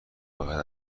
باید